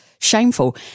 shameful